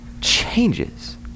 changes